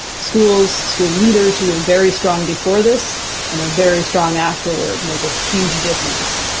schools school leaders who were very strong before this and are very strong afterward make a huge difference.